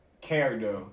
character